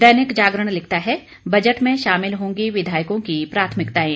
दैनिक जागरण लिखता है बजट में शामिल होंगी विधायकों की प्राथमिकताएं